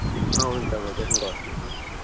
అవును సార్ వెకేషన్కి వస్తున్నాము